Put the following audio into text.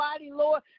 Lord